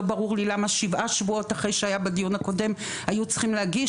לא ברור לי למה שבעה שבועות אחרי שהיה בדיון הקודם היו צריכים להגיש,